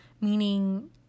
meaning